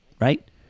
right